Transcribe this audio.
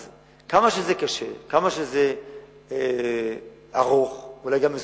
אז כמה שזה קשה, כמה שזה ארוך ואולי גם מסורבל,